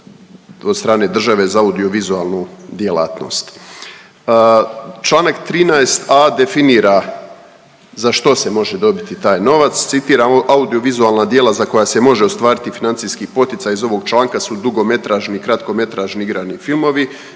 od strane države za audiovizualnu djelatnost. Članak 13.a definira za što se može dobiti taj novac, citiram: „Audiovizualna djela za koje se može ostvariti financijski poticaj iz ovog članka su dugometražni i kratkometražni igrani filmovi,